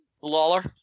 Lawler